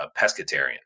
pescatarian